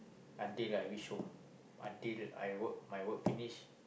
until I reach home until I work my work finish